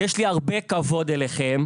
ויש לי הרבה כבוד אליכם,